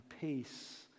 peace